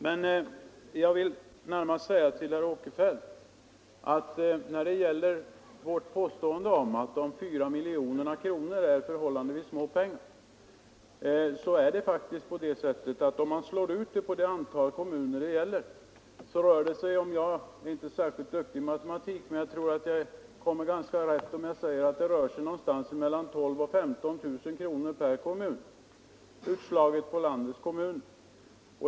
Jag vill emellertid närmast vända mig till herr Åkerfeldt beträffande vårt påstående att 4 miljoner kronor är förhållandevis små pengar. Jag är inte särskilt duktig i matematik men jag tror att jag hamnar ganska rätt när jag säger att det faktiskt, om man slår ut det på det antal kommuner det gäller, rör sig om någonting mellan 12 000 och 15 000 kronor per kommun.